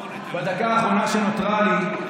בדקה האחרונה שנותרה לי,